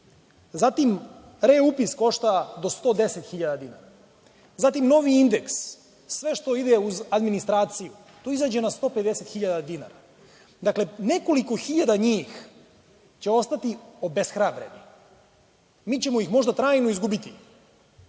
Zatim, reupis košta do 110.000 dinara. Zatim, novi indeks, sve što ide uz administraciju, to izađe na 150.000 dinara. Dakle, nekoliko hiljade njih ostaće obeshrabreni. Mi ćemo ih možda trajno izgubiti,